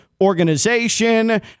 organization